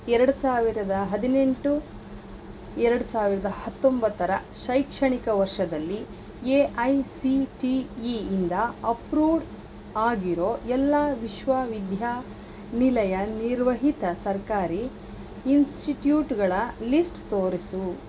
ಎರಡು ಸಾವಿರದ ಹದಿನೆಂಟು ಎರಡು ಸಾವಿರದ ಹತ್ತೊಂಬತ್ತರ ಶೈಕ್ಷಣಿಕ ವರ್ಷದಲ್ಲಿ A I C T E ಇಂದ ಅಪ್ರೂವ್ಡ್ ಆಗಿರೋ ಎಲ್ಲ ವಿಶ್ವವಿದ್ಯಾನಿಲಯ ನಿರ್ವಹಿತ ಸರ್ಕಾರಿ ಇನ್ಸ್ಟಿಟ್ಯೂಟ್ಗಳ ಲಿಸ್ಟ್ ತೋರಿಸು